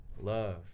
Love